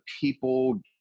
people